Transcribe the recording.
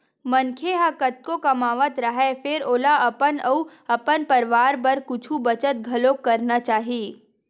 मनखे ह कतको कमावत राहय फेर ओला अपन अउ अपन परवार बर कुछ बचत घलोक करना चाही